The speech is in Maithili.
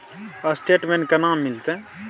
स्टेटमेंट केना मिलते?